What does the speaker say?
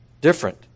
different